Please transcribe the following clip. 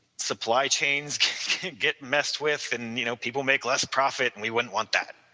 supply chains get messed with, and you know people make less profit and we wouldn't want that.